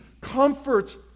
Comforts